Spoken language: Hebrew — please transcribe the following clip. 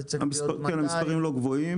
זה צריך להיות 200. המספרים לא גבוהים.